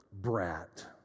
brat